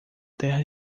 terra